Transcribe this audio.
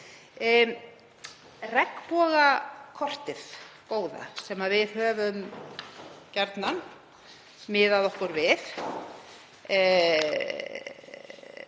Regnbogakortið góða, sem við höfum gjarnan miðað okkur við,